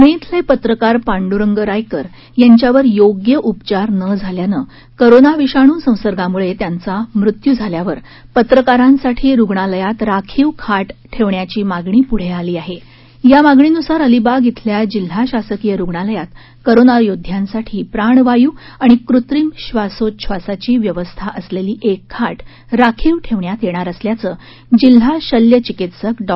पुणे इथले पत्रकार पांडुरंग रायकर यांच्यावर योग्य उपचार न झाल्यानं कोरोना विषाणू संसर्गामुळे त्यांचा मृत्यू झाल्यानंतर पत्रकारांसाठी रूग्णालयात राखीव खाट ठेवण्याची मागणी पुढे आली असून या मागणीनुसार अलिबाग इथल्या जिल्हा शासकीय रूग्णालयात कोरोना योध्दयांसाठी प्राणवायू आणि कृत्रिम बासोछवासाची व्यवस्था असलेली एक खाट राखीव ठेवण्यात येणार असल्याचं जिल्हा शल्यचिकित्सक डॉ